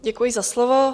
Děkuji za slovo.